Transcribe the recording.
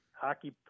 Hockey